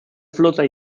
flota